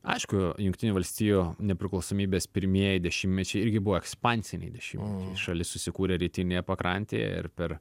aišku jungtinių valstijų nepriklausomybės pirmieji dešimtmečiai irgi buvo ekspansiniai dešimtmečiai šalis susikūrė rytinėje pakrantėje ir per